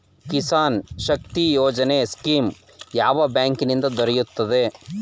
Kisan Shakti Yojana scheme ಯಾವ ಬ್ಯಾಂಕಿನಿಂದ ದೊರೆಯುತ್ತದೆ?